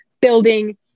building